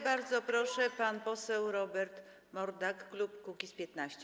Bardzo proszę, pan poseł Robert Mordak, klub Kukiz’15.